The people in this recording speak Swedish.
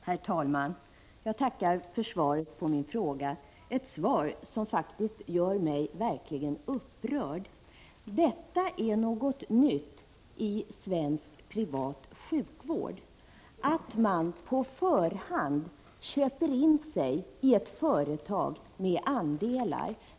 Herr talman! Jag tackar för svaret på min fråga — ett svar som faktiskt gör mig verkligt upprörd. Det är någonting nytt i svensk privatsjukvård att man på förhand kan köpa in sig i ett företag med andelar.